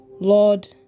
Lord